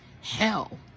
hell